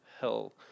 hell